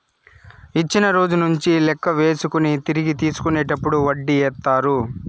ఇచ్చిన రోజు నుంచి లెక్క వేసుకొని తిరిగి తీసుకునేటప్పుడు వడ్డీ ఏత్తారు